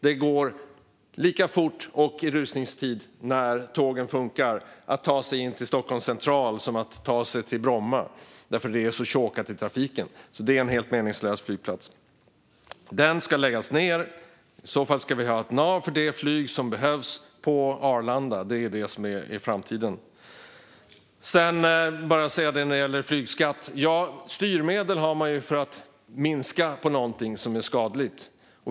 Det går i rusningstid lika fort, när tågen funkar, att ta sig in till Stockholms central som att ta sig till Bromma eftersom det är så chokat i trafiken, så det är en helt meningslös flygplats. Den ska läggas ned, och i så fall ska vi ha ett nav på Arlanda för det flyg som behövs. Det är det som är framtiden. När det gäller flygskatt vill jag bara säga att styrmedel har man för att minska på någonting som är skadligt.